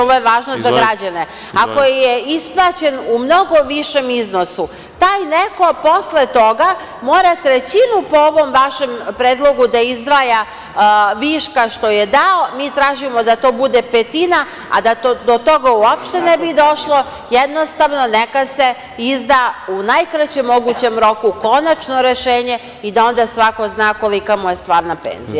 Ovo je važno za građane. (Predsedavajući: Izvolite.) … ako je isplaćen u mnogo višem iznosu, taj neko posle toga mora trećinu po ovom vašem predlogu da izdvaja viška što je dao, a mi tražimo da to bude petina, a da do toga uopšte ne bi došlo, jednostavno neka se izda u najkraćem mogućem roku konačno rešenje i da onda svako zna kolika mu je stvarna penzija.